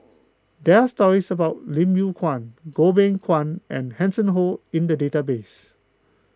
there are stories about Lim Yew Kuan Goh Beng Kwan and Hanson Ho in the database